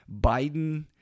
Biden